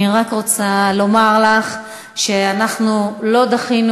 אני רק רוצה לומר לך שאנחנו לא דחינו